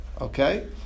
okay